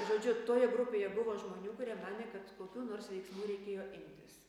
žodžiu toje grupėje buvo žmonių kurie manė kad kokių nors veiksmų reikėjo imtis